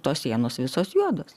tos sienos visos juodos